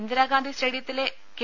ഇന്ദിരാഗാന്ധി സ്റ്റേഡിയത്തിലെ കെ